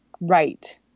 right